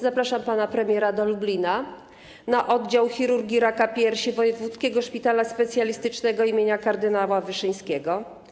Zapraszam pana premiera do Lublina na oddział chirurgii raka piersi Wojewódzkiego Szpitala Specjalistycznego im. Kardynała Wyszyńskiego.